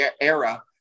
era